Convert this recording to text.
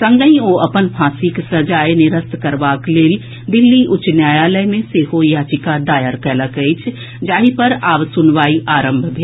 संगहि ओ अपन फांसीक सजाए निरस्त करबाक लेल दिल्ली उच्च न्यायालय मे सेहो याचिका दायर कयलक अछि जाहि पर आब सुनवाई आरंभ भेल